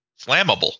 flammable